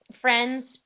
friend's